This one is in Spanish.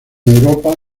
europa